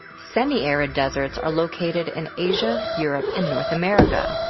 semiarid deserts are located in asia, europe, and north america.